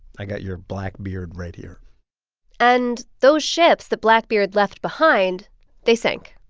i got your blackbeard right here and those ships that blackbeard left behind they sank,